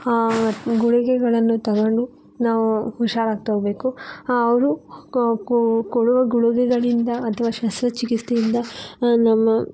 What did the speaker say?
ಗುಳಿಗೆಗಳನ್ನು ತಗೊಂಡು ನಾವು ಹುಷಾರಾಗಿ ತಗೋಬೇಕು ಅವರು ಕೊಡೋ ಗುಳಿಗೆಗಳಿಂದ ಅಥವಾ ಶಸ್ತ್ರಚಿಕಿತ್ಸೆಯಿಂದ ನಮ್ಮ